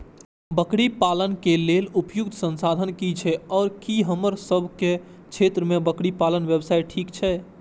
बकरी पालन के लेल उपयुक्त संसाधन की छै आर की हमर सब के क्षेत्र में बकरी पालन व्यवसाय ठीक छै?